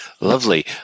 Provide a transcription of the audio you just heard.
Lovely